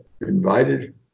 invited